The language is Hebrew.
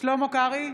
שלמה קרעי,